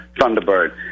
Thunderbird